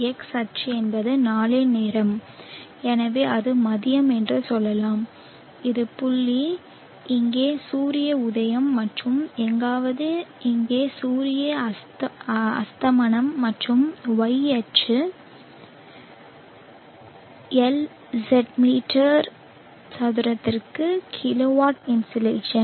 X அச்சு என்பது நாளின் நேரம் எனவே அது மதியம் என்று சொல்லலாம் இந்த புள்ளி இங்கே சூரிய உதயம் மற்றும் எங்காவது இங்கே சூரிய அஸ்தமனம் மற்றும் y அச்சு எல்இசட்மீட்டர் சதுரத்திற்கு கிலோவாட் இன்சோலேஷன்